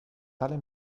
tale